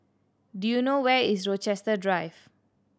do you know where is Rochester Drive